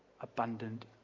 abundant